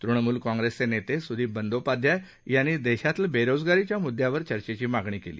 तुणमुल कॉग्रेसचे नेते सुदीप बंदोपाध्याय यांनी देशातील बेरोजगारीच्या मुद्यावर चर्चेची मागणी केली